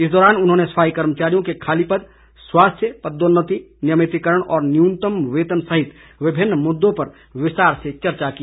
इस दौरान उन्होंने सफाई कर्मचारियों के खाली पद स्वास्थ्य पदोन्नति नियमितिकरण और न्यूनतम वेतन सहित विभिन्न मुद्दों पर विस्तार से चर्चा की